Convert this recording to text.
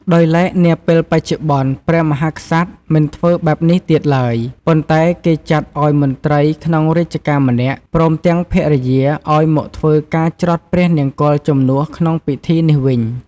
ដោយឡែកនាពេលបច្ចុប្បន្នព្រះមហាក្សត្រ មិនធ្វើបែបនេះទៀតឡើយ ប៉ុន្ដែគេចាត់ឲ្យមន្រ្តីក្នុងរាជការម្នាក់ព្រមទាំងភរិយាឲ្យមកធ្វើការច្រត់ព្រះនង្គ័លជំនួសក្នុងពិធីនេះវិញ។